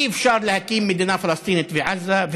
אי-אפשר להקים מדינה פלסטינית בעזה,